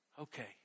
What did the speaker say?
okay